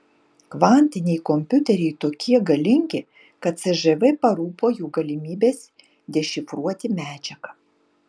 kvantiniai kompiuteriai tokie galingi kad cžv parūpo jų galimybės dešifruoti medžiagą